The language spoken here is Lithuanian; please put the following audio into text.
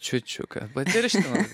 čiučiuką patirštinot